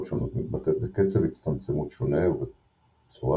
שונות מתבטאות בקצב הצטמצמות שונה ובצורת